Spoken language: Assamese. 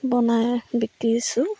বনাই বিকিছোঁ